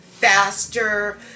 Faster